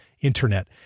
Internet